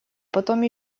потом